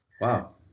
wow